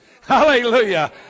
Hallelujah